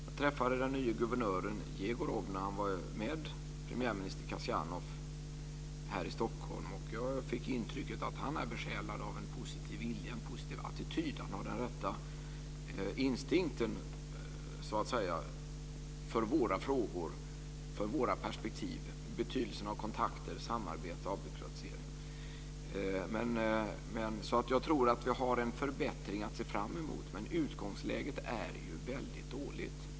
Jag träffade den nya guvernören Jegorov när han var med premiärminister Kasianov här i Stockholm, och jag fick intrycket att han är besjälad av en positiv vilja och en positiv attityd. Han har den rätta instinkten för våra frågor och för våra perspektiv när det gäller betydelsen av kontakter, samarbete och avbyråkratisering. Jag tror alltså att vi har en förbättring att se fram emot. Men utgångsläget är väldigt dåligt.